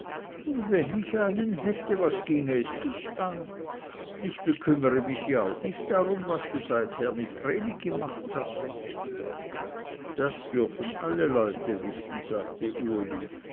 wenn ich einen hätte was ginge es dich an ich bekümmere mich ja auch nicht darum was du seither mit vreni gemacht hast das dürfen alle leute wissen sagte uli